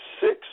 six